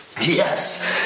yes